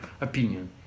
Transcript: opinion